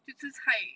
只吃菜